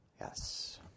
Yes